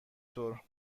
طور